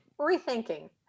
Rethinking